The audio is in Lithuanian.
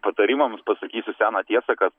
patarimams pasakysiu seną tiesą kad